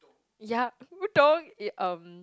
ya udon eh um